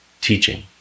teaching